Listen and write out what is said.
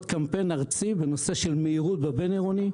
קמפיין ארצי בנושא של מהירות בבין-עירוני.